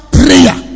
prayer